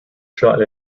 shot